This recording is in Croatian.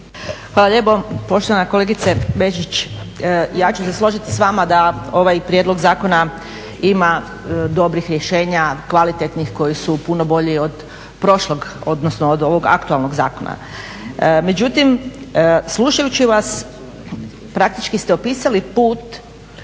Hvala lijepo. Poštovana kolegice Bečić, ja ću se složiti s vama da ovaj prijedlog zakona ima dobrih rješenja, kvalitetnih koji su puno bolji od prošlog odnosno od ovog aktualnog zakona. Međutim, slušajući vas praktički ste opisali put